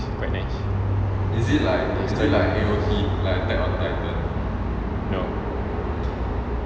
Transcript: is quite nice no